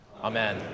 Amen